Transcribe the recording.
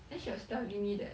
then she was telling me that